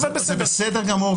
זה בסדר גמור,